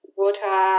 water